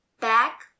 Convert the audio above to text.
back